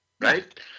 right